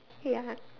ya